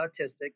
autistic